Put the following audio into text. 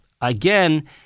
again